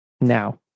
now